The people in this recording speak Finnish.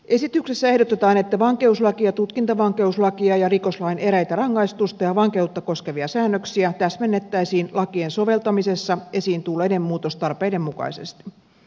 esityksessä ehdotetaan että vankeuslakia tutkintavankeuslakia ja rikoslain eräitä rangaistusta ja vankeutta koskevia säännöksiä täsmennettäisiin lakien soveltamisessa esiin tulleiden muutostarpeiden mukaisesti